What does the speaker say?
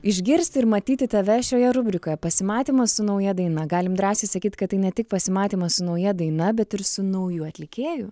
išgirsti ir matyti tave šioje rubrikoje pasimatymas su nauja daina galim drąsiai sakyt kad tai ne tik pasimatymas su nauja daina bet ir su nauju atlikėju